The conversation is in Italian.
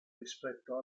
rispetto